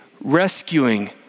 rescuing